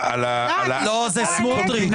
זה סמוטריץ'.